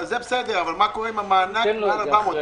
זה בסדר, אבל מה קורה עם המענק מעל 400?